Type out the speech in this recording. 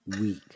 weak